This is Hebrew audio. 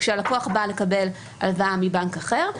כשלקוח בא לקבל הלוואה מבנק אחר,